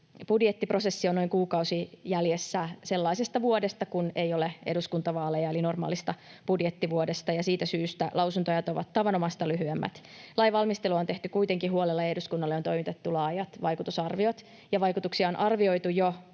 Budjettiprosessi on noin kuukauden jäljessä sellaisesta vuodesta, kun ei ole eduskuntavaaleja, eli normaalista budjettivuodesta, ja siitä syystä lausuntoajat ovat tavanomaista lyhyemmät. Lainvalmistelu on tehty kuitenkin huolella, ja eduskunnalle on toimitettu laajat vaikutusarviot. Vaikutuksia on arvioitu jo